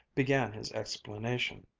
began his explanation.